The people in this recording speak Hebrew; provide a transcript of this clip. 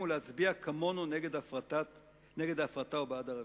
ולהצביע כמונו נגד ההפרטה ובעד הרפורמה.